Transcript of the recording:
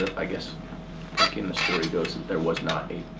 i guess again the story goes that there was not